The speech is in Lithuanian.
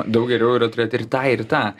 daug geriau yra turėti ir tą ir tą